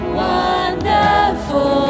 wonderful